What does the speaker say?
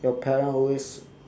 your parent always